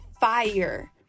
fire